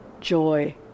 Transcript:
joy